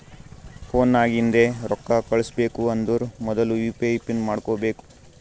phone ನಾಗಿಂದೆ ರೊಕ್ಕಾ ಕಳುಸ್ಬೇಕ್ ಅಂದರ್ ಮೊದುಲ ಯು ಪಿ ಐ ಪಿನ್ ಮಾಡ್ಕೋಬೇಕ್